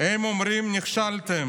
הם אומרים: נכשלתם,